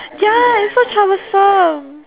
ya it's so troublesome